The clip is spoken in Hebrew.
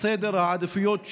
סדר העדיפויות שלנו,